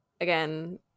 again